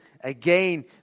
again